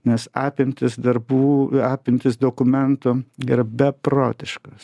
nes apimtys darbų apimtys dokumentų ir beprotiškos